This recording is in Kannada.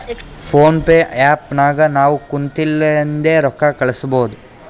ಫೋನ್ ಪೇ ಆ್ಯಪ್ ನಾಗ್ ನಾವ್ ಕುಂತಲ್ಲಿಂದೆ ರೊಕ್ಕಾ ಕಳುಸ್ಬೋದು